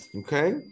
Okay